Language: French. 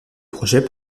projets